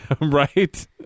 Right